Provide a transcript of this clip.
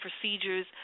Procedures